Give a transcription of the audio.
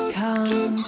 come